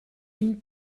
une